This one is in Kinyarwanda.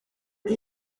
ati